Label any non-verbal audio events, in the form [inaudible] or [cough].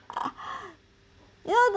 [laughs] ya the